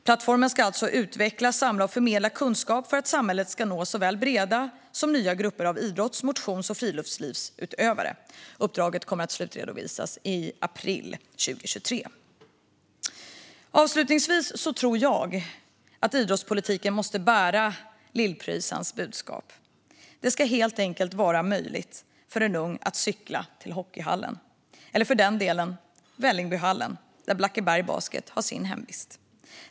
Plattformen ska alltså utveckla, samla och förmedla kunskap för att samhället ska nå såväl breda som nya grupper av idrotts, motions och friluftslivsutövare. Uppdraget kommer att slutredovisas i april 2023. Avslutningsvis tror jag att idrottspolitiken måste bära Lill-Pröjsarns budskap. Det ska helt enkelt vara möjligt för en ung att cykla till hockeyhallen eller, för den delen, Vällingbyhallen, där Blackeberg Basket har sin hemvist.